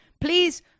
Please